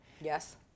Yes